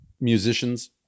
musicians